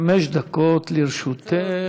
חמש דקות לרשותך.